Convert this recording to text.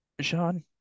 Sean